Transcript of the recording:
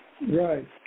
right